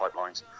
pipelines